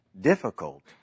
difficult